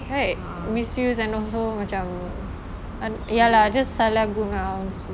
right misuse and also macam ya lah just salah guna